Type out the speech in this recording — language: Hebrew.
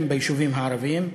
הן ביישובים הערביים.